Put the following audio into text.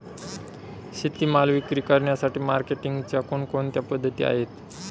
शेतीमाल विक्री करण्यासाठी मार्केटिंगच्या कोणकोणत्या पद्धती आहेत?